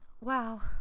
wow